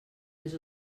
més